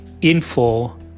info